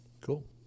Cool